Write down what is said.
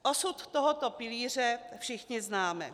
Osud tohoto pilíře všichni známe.